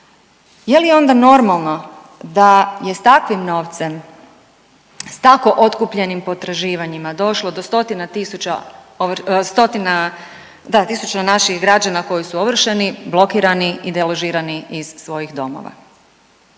je li onda normalno da je s takvim novcem, s tako otkupljenim potraživanjima došlo do stotina tisuća, stotina, da tisuća naših građana koji su ovršeni, blokirani i deložirani iz svojih domova?